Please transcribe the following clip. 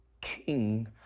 king